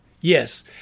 Yes